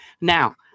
Now